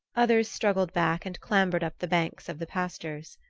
others struggled back and clambered up the bank of the pastures.